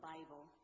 Bible